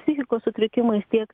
psichikos sutrikimais tiek